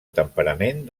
temperament